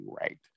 right